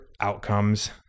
outcomes